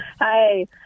Hi